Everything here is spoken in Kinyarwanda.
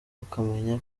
ukamenya